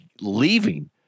leaving